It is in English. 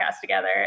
together